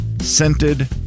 scented